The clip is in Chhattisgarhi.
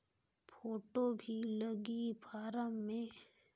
फ़ोटो भी लगी फारम मे?